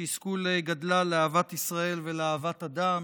שיזכו לגדלה לאהבת ישראל ולאהבת אדם,